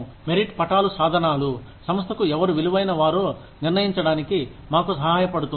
merit పటాలు సాధనాలు సంస్థకు ఎవరు విలువైన వారో నిర్ణయించడానికి మాకు సహాయపడుతుంది